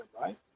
right